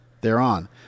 thereon